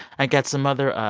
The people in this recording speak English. i got some other